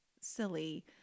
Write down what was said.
silly